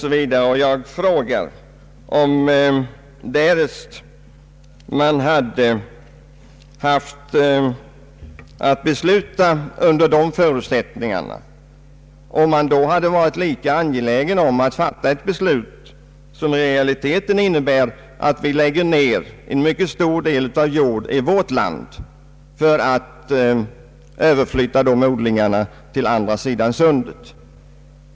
Jag undrar verkligen om man år 1967, därest man haft att besluta under de förutsättningarna, varit lika angelägen om att fatta ett beslut som i realiteten innebär att vi lägger ned en mycket stor del av jordbruket i vårt land för att överflytta den odlingen till andra sidan Sundet?